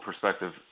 perspective